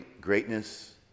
Greatness